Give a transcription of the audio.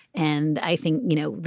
and i think, you know,